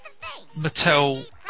Mattel